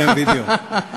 בדיוק.